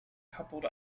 coupled